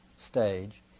stage